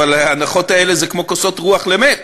אבל ההנחות האלה הן כמו כוסות רוח למת.